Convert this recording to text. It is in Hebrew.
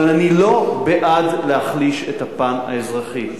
אבל אני לא בעד להחליש את הפן האזרחי.